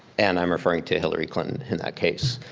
and i'm referring to hillary clinton in that case.